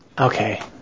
okay